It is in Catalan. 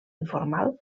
informal